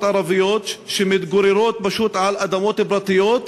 ערביות שמתגוררות פשוט על אדמות פרטיות.